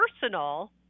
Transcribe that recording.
personal